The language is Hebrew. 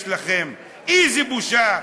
איזו בושה.